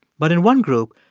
but in one group,